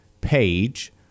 page